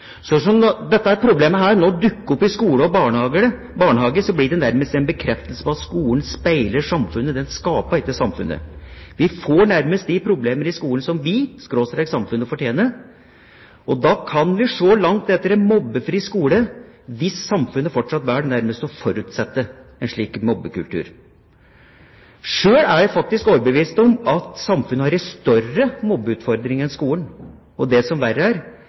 opp i skole og barnehage, blir det nærmest en bekreftelse på at skolen speiler samfunnet. Den skaper ikke samfunnet. Vi får nærmest de problemer i skolen som vi/samfunnet fortjener. Vi kan se langt etter en mobbefri skole hvis samfunnet fortsatt nærmest velger å forutsette en slik mobbekultur. Sjøl er jeg faktisk overbevist om at samfunnet har en større mobbeutfordring enn skolen. Og det som verre er: